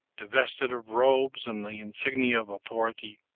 divested of robes and the insignia of authority,